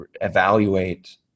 evaluate